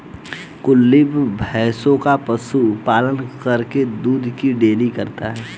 कुलदीप भैंसों का पशु पालन करके दूध की डेयरी करता है